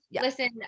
Listen